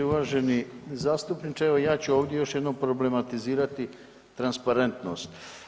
Uvaženi zastupniče, evo ja ću ovdje još jednom problematizirati transparentnost.